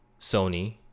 Sony